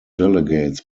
delegates